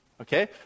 Okay